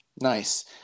Nice